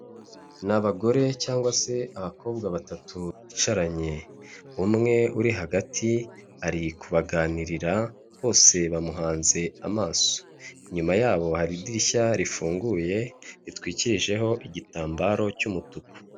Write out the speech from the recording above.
Ni abagore cyangwa se abakobwa batatu bicaranye, umwe uri hagati ari kubaganirira, bose bamuhanze amaso, inyuma yabo hari idirishya rifunguye ritwikirijeho igitambaro cy'umutuku.